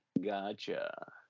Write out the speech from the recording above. Gotcha